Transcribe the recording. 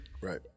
Right